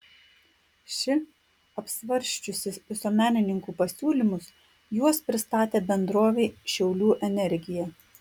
ši apsvarsčiusi visuomenininkų pasiūlymus juos pristatė bendrovei šiaulių energija